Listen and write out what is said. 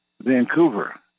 Vancouver